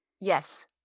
Yes